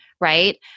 right